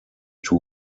two